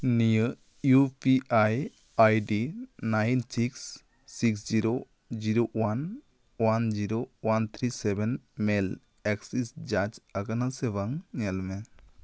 ᱱᱤᱭᱟᱹ U P I ID nine six six zero zero one one zero one three seven ᱢᱮᱞ ᱮᱠᱥᱤᱥ ᱡᱟᱪ ᱟᱠᱟᱱᱟ ᱥᱮ ᱵᱟᱝ ᱧᱮᱞ ᱢᱮ